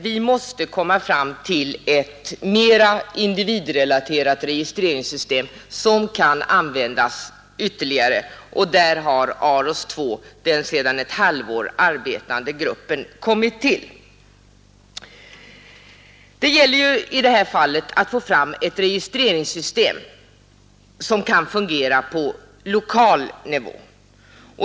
Vi måste få fram ett mera individrelaterat registreringssystem som kan användas ytterligare, och då har AROS II, den sedan ett halvår arbetande gruppen, kommit till. Det gäller i detta fall ett registreringssystem som kan fungera på lokal nivå.